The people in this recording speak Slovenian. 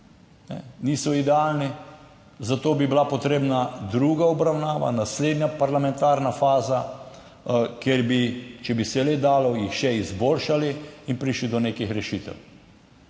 Niso idealni, zato bi bila potrebna druga obravnava, naslednja parlamentarna faza, kjer bi se jih, če bi se le dalo, izboljšali in prišli do nekih rešitev.